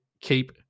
keep